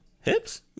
Hips